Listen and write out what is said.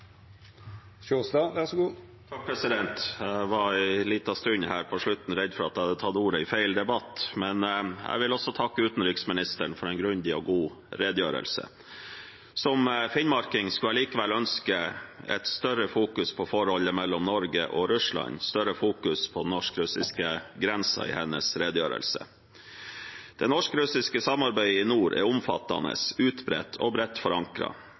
Jeg var en liten stund her, nå på slutten, redd for at jeg hadde tatt ordet i feil debatt. Også jeg vil takke utenriksministeren for en grundig og god redegjørelse. Som finnmarking skulle jeg likevel ønske et større fokus på forholdet mellom Norge og Russland og på den norsk-russiske grensen i hennes redegjørelse. Det norsk-russiske samarbeidet i nord er omfattende, utbredt og bredt